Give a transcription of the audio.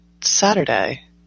Saturday